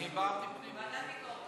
משום שיש כאן שתי הצעות מנוגדות אחת לשנייה.